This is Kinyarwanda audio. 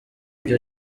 byo